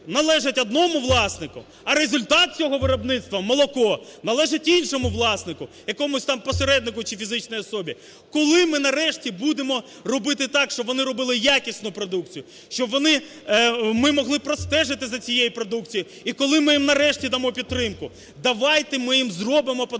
належать одному власнику, а результат цього виробництво – молоко – належить іншому власнику, якомусь там посереднику чи фізичній особі. Коли ми, нарешті, будемо робити так, щоб вони робили якісну продукцію? Щоб ми могли простежити за цією продукцією? І коли ми їм, нарешті, дамо підтримку? Давайте ми їм зробимо податкові